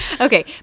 Okay